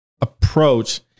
approach